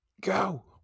go